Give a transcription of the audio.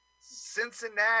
Cincinnati